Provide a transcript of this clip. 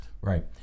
Right